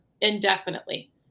indefinitely